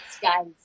guys